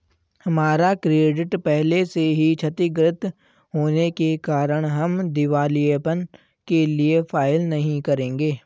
हमारा क्रेडिट पहले से ही क्षतिगृत होने के कारण हम दिवालियेपन के लिए फाइल नहीं करेंगे